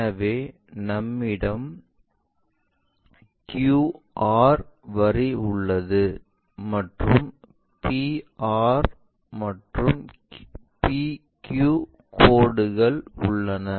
எனவே நம்மிடம் QR வரி உள்ளது மற்றும் PR மற்றும் PQ கோடு உள்ளது